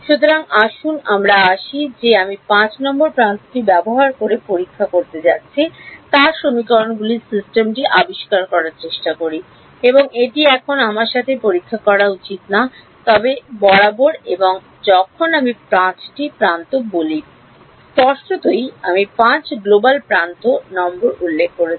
সুতরাং আসুন আমরা আসি যে আমি 5 নম্বর প্রান্তটি ব্যবহার করে পরীক্ষা করে যাচ্ছি তার সমীকরণগুলির সিস্টেমটি আবিষ্কার করার চেষ্টা করি এবং এটি এখন আমার সাথে পরীক্ষা করা উচিত না তবে বরাবর এবং যখন আমি প্রান্ত 5 বলি স্পষ্টতই আমি 5 গ্লোবাল প্রান্ত নম্বর উল্লেখ করছি